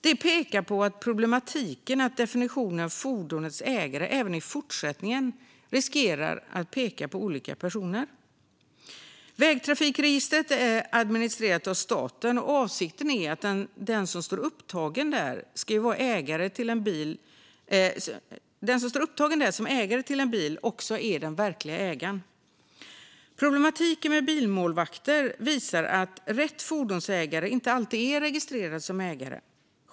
Detta pekar på problematiken att definitionen "fordonsägare" även i fortsättningen riskerar att peka på olika personer. Vägtrafikregistret är administrerat av staten, och avsikten är att den som står upptagen som ägare till en bil också är den verkliga ägaren. Problematiken med bilmålvakter visar att rätt fordonsägare inte alltid är registrerad som ägare.